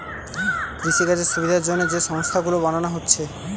কৃষিকাজের সুবিধার জন্যে যে সংস্থা গুলো বানানা হচ্ছে